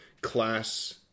class